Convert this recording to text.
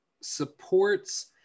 supports